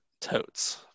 totes